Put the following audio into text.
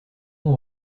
bon